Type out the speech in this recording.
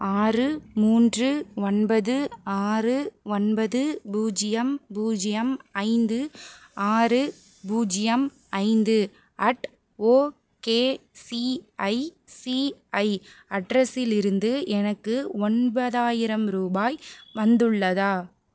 ஆறு மூன்று ஒன்பது ஆறு ஒன்பது பூஜ்ஜியம் பூஜ்ஜியம் ஐந்து ஆறு பூஜ்ஜியம் ஐந்து அட் ஓகேசிஐசிஐ அட்ரஸிலிருந்து எனக்கு ஒன்பதாயிரம் ரூபாய் வந்துள்ளதா